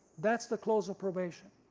that's the close of probation.